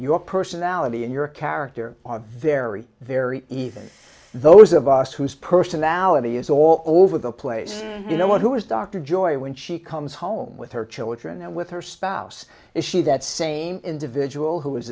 your personality and your character on very very even those of us whose personality is all over the place you know what who is dr joy when she comes home with her children and with her spouse issue that same individual who is